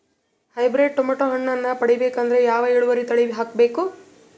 Hybrid tomato ಹಣ್ಣನ್ನ ಪಡಿಬೇಕಂದರ ಯಾವ ಇಳುವರಿ ತಳಿ ಹಾಕಬೇಕು?